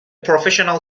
professional